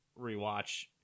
rewatch